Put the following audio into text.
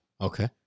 Okay